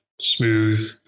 smooth